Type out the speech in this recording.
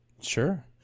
Sure